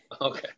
Okay